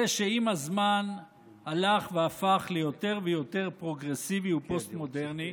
זה שעם הזמן הלך והפך ליותר ויותר פרוגרסיבי ופוסט-מודרני,